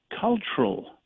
cultural